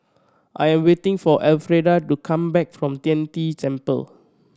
I am waiting for Elfrieda to come back from Tian De Temple